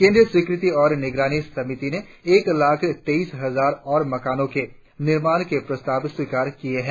केंद्रीय स्वीकृति और निगरानी समिति ने एक लाख तेईस हजार और मकानों के निर्माण के प्रस्ताव स्वीकार किए है